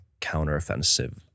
counteroffensive